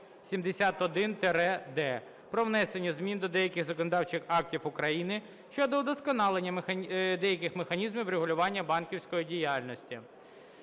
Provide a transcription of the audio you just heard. про внесення змін до деяких законодавчих актів України щодо удосконалення деяких механізмів регулювання банківської діяльності.